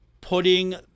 putting